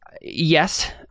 yes